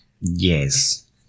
Yes